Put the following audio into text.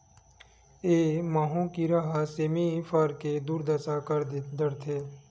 ए माहो कीरा ह सेमी फर के दुरदसा कर डरथे